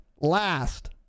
last